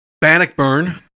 Bannockburn